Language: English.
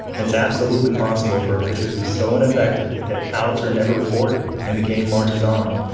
it's absolutely possible for a pitcher to be so ineffective that outs are never recorded and the game marches on,